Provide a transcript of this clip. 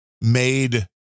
made